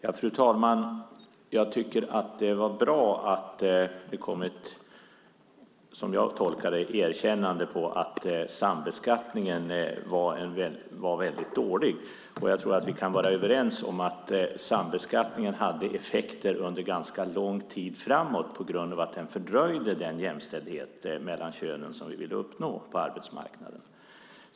Fru talman! Jag tycker att det var bra att det kom ett erkännande, som jag tolkar det, av att sambeskattningen var väldigt dålig. Jag tror att vi kan vara överens om att sambeskattningen hade effekter under ganska lång tid framåt på grund av att den fördröjde den jämställdhet mellan könen som vi ville uppnå på arbetsmarknaden.